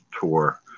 tour